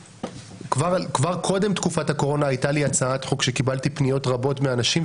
כבר קודם תקופת הקורונה הייתה לי הצעת חוק שקיבלתי פניות רבות מאנשים,